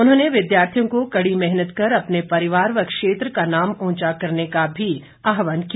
उन्होंने विद्यार्थियों को कड़ी मेहनत कर अपने परिवार व क्षेत्र का नाम ऊंचा करने का भी आहवान किया